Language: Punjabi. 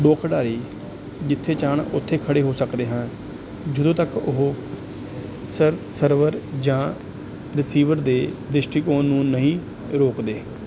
ਦੋ ਖਿਡਾਰੀ ਜਿੱਥੇ ਚਾਹੁੰਣ ਉੱਥੇ ਖੜ੍ਹੇ ਹੋ ਸਕਦੇ ਹਨ ਜਦੋਂ ਤੱਕ ਉਹ ਸਰ ਸਰਵਰ ਜਾਂ ਰਿਸੀਵਰ ਦੇ ਦ੍ਰਿਸ਼ਟੀਕੋਣ ਨੂੰ ਨਹੀਂ ਰੋਕਦੇ